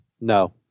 No